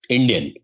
Indian